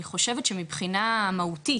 אני חושב שמבחינה מהותית